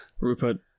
Rupert